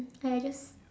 !aiya! just